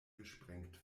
gesprengt